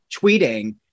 tweeting